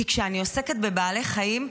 כי כשאני עוסקת בבעלי חיים,